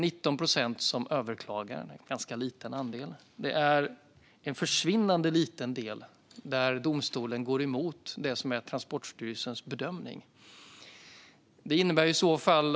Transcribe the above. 19 procent överklagar - det är en ganska liten andel. Det är en försvinnande liten del där domstolen går emot Transportstyrelsens bedömning.